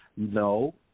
no